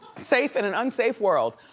safe in an unsafe world.